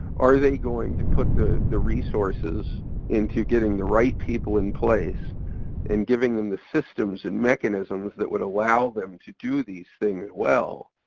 are they going to put the the resources into getting the right people in place and giving them the systems and mechanisms that would allow them to do these things well?